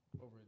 over